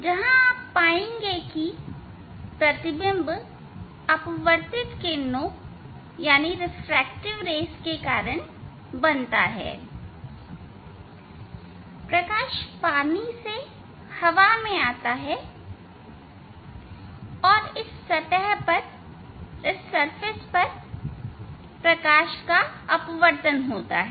जहां आप यह पाएंगे कि प्रतिबिंब अपवर्तित किरणों के कारण बनता है प्रकाश पानी से हवा में आता है और इस सतह पर अपवर्तन होता है